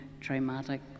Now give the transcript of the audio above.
traumatic